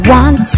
one